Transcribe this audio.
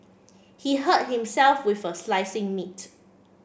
he hurt himself with a slicing meat